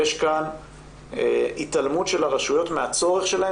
יש כאן התעלמות של הרשויות מהצורך שלהן